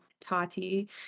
Tati